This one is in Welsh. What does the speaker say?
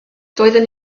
doeddwn